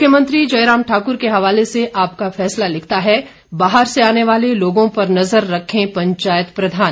मुख्यमंत्री जयराम ठाकुर के हवाले से आपका फैसला लिखता है बाहर से आने वाले लोगों पर नजर रखें पंचायत प्रधान